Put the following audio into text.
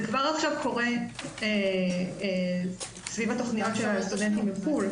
זה קורה כבר עכשיו סביב התוכניות של הסטודנטים מחו"ל.